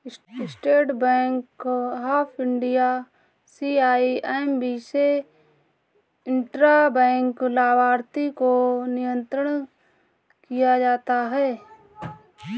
state Bank of India CIMB से intra bank लाभार्थी को नियंत्रण किया जाता है